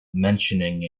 mentioning